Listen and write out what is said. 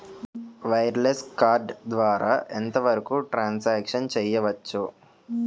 Wireless card ద్వారా ఎంత వరకు ట్రాన్ సాంక్షన్ చేయవచ్చు?